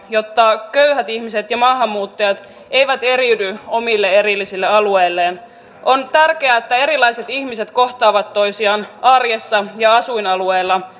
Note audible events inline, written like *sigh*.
jotta köyhät ihmiset ja maahanmuuttajat eivät eriydy omille erillisille alueilleen on tärkeää että erilaiset ihmiset kohtaavat toisiaan arjessa ja asuinalueella *unintelligible*